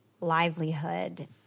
livelihood